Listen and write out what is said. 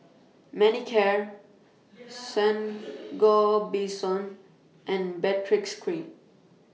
Manicare Sangobion and Baritex Cream